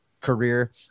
career